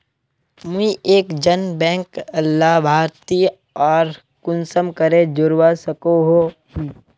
मुई एक जन बैंक लाभारती आर कुंसम करे जोड़वा सकोहो ही?